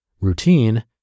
routine